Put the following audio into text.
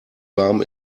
warm